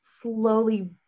slowly